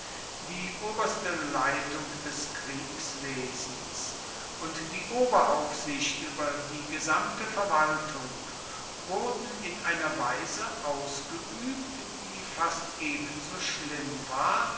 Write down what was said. die oberste leitung des kriegswesens und die oberaufsicht über die gesamte verwaltung wurden in einer weise ausgeübt die fast ebenso schlimm war